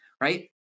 Right